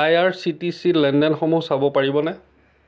আই R C T C লেনদেনসমূহ চাব পাৰিবনে